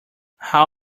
how